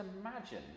imagine